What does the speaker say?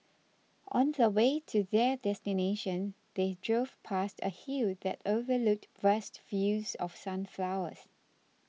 on the way to their destination they drove past a hill that overlooked vast fields of sunflowers